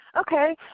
Okay